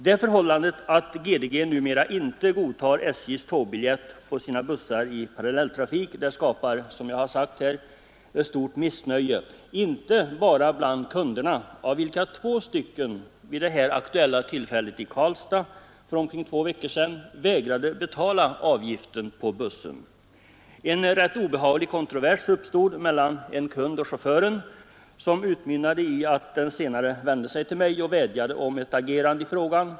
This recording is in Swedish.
Den omständigheten att GDG numera inte godtar SJ:s tågbiljett på sina bussar i parallelltrafik skapar, som jag har sagt, stort missnöje inte bara bland kunderna, av vilka två vid det här aktuella tillfället i Karlstad för omkring två veckor sedan vägrade betala avgiften på bussen. En rätt obehaglig kontrovers uppstod mellan en kund och chauffören, som utmynnade i att den senare vände sig till mig och vädjade om ett agerande i frågan.